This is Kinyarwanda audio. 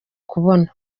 kubona